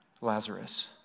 Lazarus